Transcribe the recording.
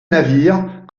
navires